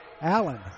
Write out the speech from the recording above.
Allen